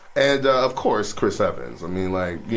and, of course, chris evans. i mean, like, yeah